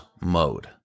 mode